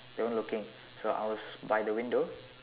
they weren't looking so I was by the window